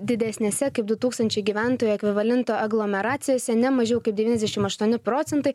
didesnėse kaip du tūkstančiai gyventojų ekvivalento aglomeracijose ne mažiau kaip devyniasdešim aštuoni procentai